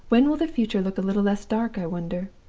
when will the future look a little less dark, i wonder?